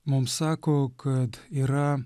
mums sako kad yra